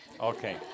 Okay